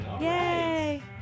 Yay